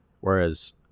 whereas